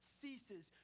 ceases